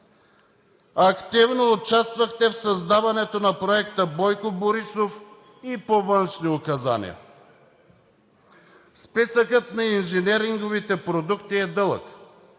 активно участвахте в създаването на проекта Бойко Борисов и по външни указания. Списъкът на инженеринговите продукти е дълъг